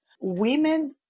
Women